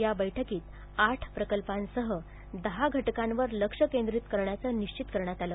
या बैठकीत आठ प्रकल्पांसह दहा घटकांवर लक्ष कैंद्रित करण्याचं निश्चित करण्यात आलं